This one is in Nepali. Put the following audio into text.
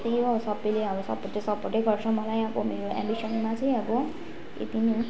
त्यही हो सबैले अब सपोर्ट त सपोर्टै गर्छ मलाई मेरो एम्बिसनमा चाहिँ अब यति नै हो